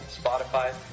Spotify